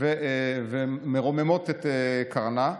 ומרוממות את קרנו.